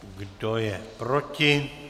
Kdo je proti?